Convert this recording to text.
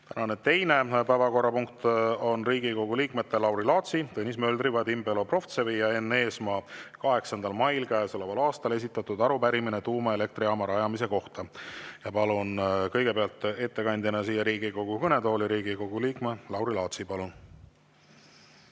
Tänane teine päevakorrapunkt on Riigikogu liikmete Lauri Laatsi, Tõnis Möldri, Vadim Belobrovtsevi ja Enn Eesmaa 8. mail käesoleval aastal esitatud arupärimine tuumaelektrijaama rajamise kohta. Palun kõigepealt ettekandjana Riigikogu kõnetooli Riigikogu liikme Lauri Laatsi. Palun!